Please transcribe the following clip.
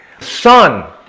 son